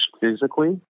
physically